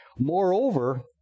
Moreover